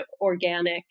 organic